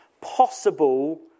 possible